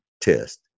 test